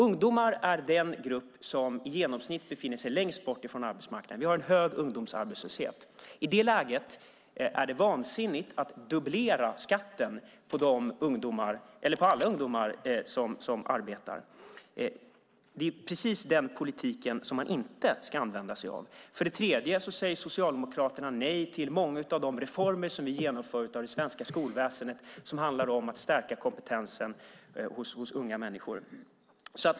Ungdomar är den grupp som i genomsnitt befinner sig längst bort från arbetsmarknaden. Vi har en hög ungdomsarbetslöshet. I det läget är det vansinnigt att dubbla skatten på alla ungdomar som arbetar. Det är precis den politiken som man inte ska använda sig av. För det tredje säger Socialdemokraterna nej till många av de reformer som vi genomför av det svenska skolväsendet och som handlar om att stärka kompetensen hos unga människor.